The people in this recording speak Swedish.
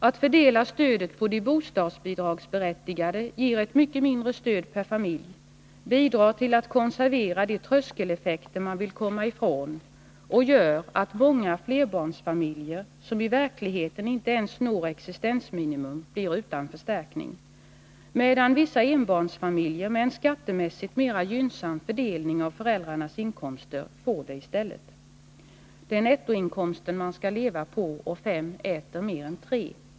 Att fördela stödet på de bostadsbidragsberättigade ger ett mycket mindre stöd per familj, bidrar till att konservera de tröskeleffekter man vill komma ifrån och gör att många flerbarnsfamiljer, som i verkligheten inte ens når existensminimum, blir utan förstärkning, medan enbarnsfamiljer med en skattemässigt mera gynnsam fördelning av föräldrarnas inkomster i stället får förstärkningen. Det är nettoinkomsten man skall leva på, och fem äter mer än tre!